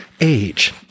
age